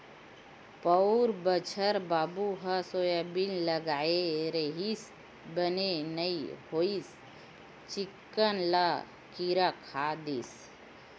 पउर बछर बाबू ह सोयाबीन लगाय रिहिस बने नइ होइस चिक्कन ल किरा खा दिस